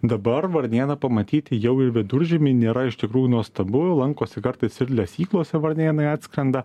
dabar varnėną pamatyti jau ir viduržiemį nėra iš tikrųjų nuostabu lankosi kartais ir lesyklose varnėnai atskrenda